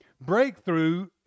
breakthrough